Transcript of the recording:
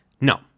No